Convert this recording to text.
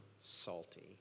salty